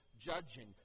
judging